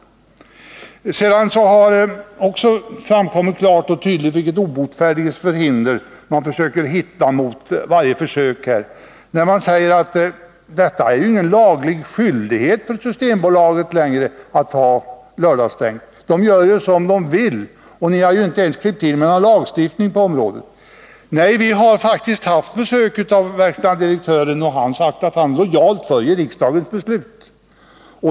Ett annat den obotfärdiges förhinder är när man säger: Det är ingen laglig Nr 140 skyldighet för Systembolaget att ha lördagsstängt, för ni har ju inte klippt till Torsdagen den med någon lagstiftning på området. Nej, men vi har faktiskt haft besök av 14 maj 1981 verkställande direktören, och han har sagt att han lojalt följer riksdagens beslut.